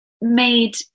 made